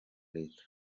leta